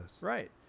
Right